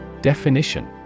Definition